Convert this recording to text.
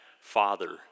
father